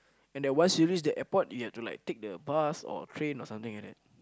and that once you reach the airport you have to take the bus or train or something like that